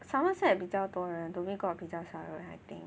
Somerset 比较多人 Dhoby Ghaut 比较少人 I think